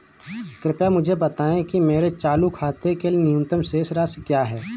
कृपया मुझे बताएं कि मेरे चालू खाते के लिए न्यूनतम शेष राशि क्या है?